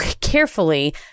carefully